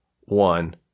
one